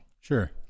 Sure